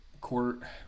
quarter